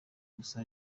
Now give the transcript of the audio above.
gusa